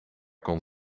kon